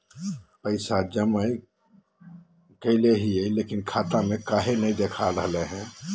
पैसा जमा कैले हिअई, लेकिन खाता में काहे नई देखा रहले हई?